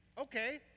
okay